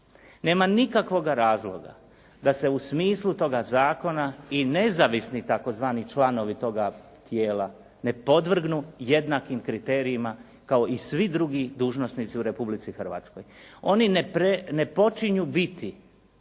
Nema nikakvog razloga da se u smislu toga zakona i nezavisni tzv. članovi toga tijela ne podvrgnu jednakim kriterijima kao i svi drugi dužnosnici u Republici Hrvatskoj. Oni ne počinju biti